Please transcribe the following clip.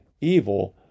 evil